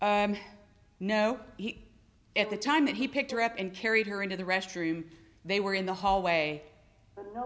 he at the time that he picked her up and carried her into the restroom they were in the hallway no